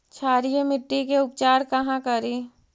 क्षारीय मिट्टी के उपचार कहा करी?